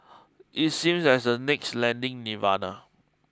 it seems as a next lending nirvana